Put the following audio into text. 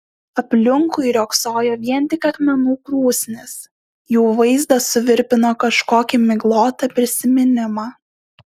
aplinkui riogsojo vien tik akmenų krūsnys jų vaizdas suvirpino kažkokį miglotą prisiminimą